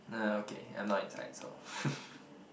no no okay I'm not inside so